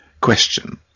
Question